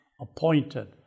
appointed